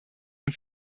und